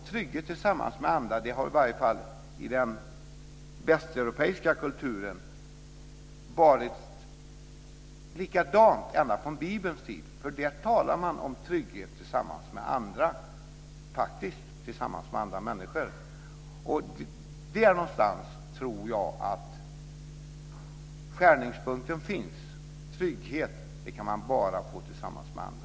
Trygghet har i den västeuropeiska kulturen har beskrivits likadant ända sedan Bibelns tid. Där talar man om trygghet tillsammans med andra människor. Där tror jag att skärningspunkten ligger. Trygghet kan man bara få tillsammans med andra.